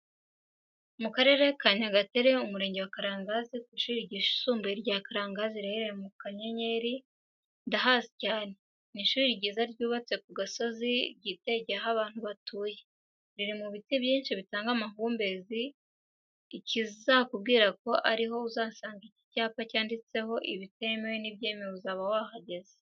Mu Karere Kanyagatare, Umurenge wa Karangazi ku ishuri ryisumbuye rya Karangazi riherereye mu Kanyeri ndahazi cyane. Ni ishuri ryiza ryubatse ku gasozi ryitegeye aho abantu batuye. Riri mu biti byinshi bitanga amahumbezi. Ikizakubwira ko ariho uzahasanga iki cyapa cyanditseho ibitemewe n'ibyemewe uzaba wahageze.